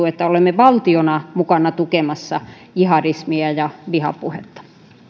että olemme valtiona mukana tukemassa jihadismia ja vihapuhetta